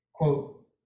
Quote